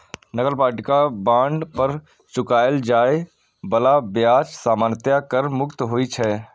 नगरपालिका बांड पर चुकाएल जाए बला ब्याज सामान्यतः कर मुक्त होइ छै